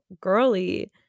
girly